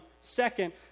second